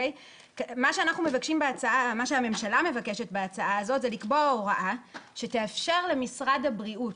מה שהממשלה מבקשת בהצעה הזאת זה לקבוע הוראה שתאפשר למשרד הבריאות,